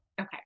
Okay